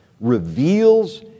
reveals